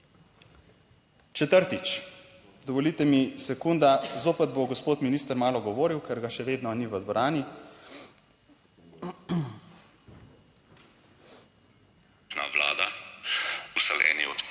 Četrtič. Dovolite mi, sekunda, zopet bo gospod minister malo govoril, ker ga še vedno ni v dvorani. / predvajanje